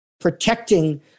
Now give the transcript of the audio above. Protecting